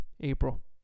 April